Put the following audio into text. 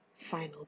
final